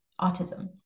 autism